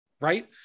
Right